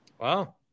wow